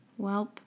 Welp